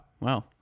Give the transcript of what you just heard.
Wow